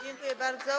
Dziękuję bardzo.